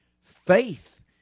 Faith